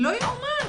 לא יאומן.